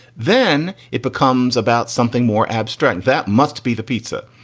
then it becomes about something more abstract. that must be the pizza.